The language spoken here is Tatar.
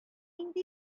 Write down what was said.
инде